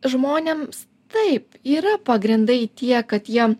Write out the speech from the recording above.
žmonėms taip yra pagrindai tiek kad jie